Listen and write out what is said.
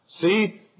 See